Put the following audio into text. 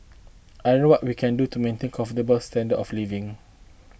I don't know what we can do to maintain comfortable standard of living